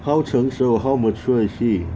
how 成熟 how mature is she